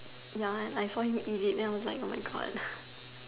Ya I fall he elite then I was like oh my God